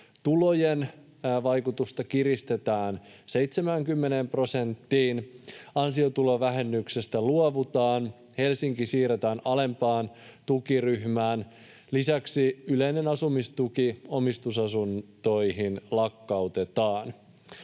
tulojen vaikutusta kiristetään 70 prosenttiin, ansiotulovähennyksestä luovutaan, Helsinki siirretään alempaan tukiryhmään, lisäksi yleinen asumistuki omistusasuntoihin lakkautetaan.